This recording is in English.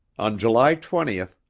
on july twenty,